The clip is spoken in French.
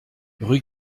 rue